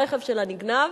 הרכב שלה נגנב.